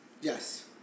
Yes